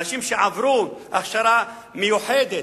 אנשים שעברו הכשרה מיוחדת,